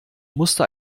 musste